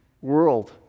world